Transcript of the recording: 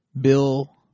Bill